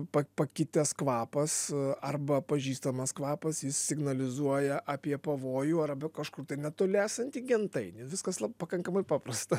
pa pakitęs kvapas arba pažįstamas kvapas jis signalizuoja apie pavojų arba kažkur tai netoli esantį gentainį viskas la pakankamai paprasta